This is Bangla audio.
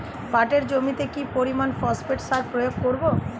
পাটের জমিতে কি পরিমান ফসফেট সার প্রয়োগ করব?